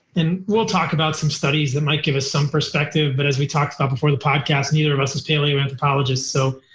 and we'll talk about some studies that might give us some perspective, but as we talked about before the podcast, neither of us is paleoanthropologists. so